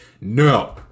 No